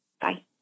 Bye